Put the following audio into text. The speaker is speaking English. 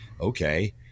okay